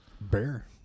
bear